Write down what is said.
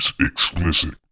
explicit